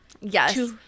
yes